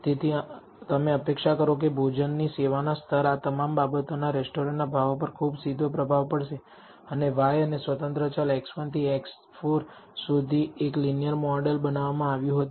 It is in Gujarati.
તેથી તમે અપેક્ષા કરશો કે ભોજનની સેવાના સ્તર આ તમામ બાબતોનો રેસ્ટોરન્ટના ભાવો પર ખૂબ સીધો પ્રભાવ પડશે અને y અને સ્વતંત્ર ચલ x1 થી x4 વચ્ચે એક લીનીયર મોડેલ બનાવવામાં આવ્યું હતું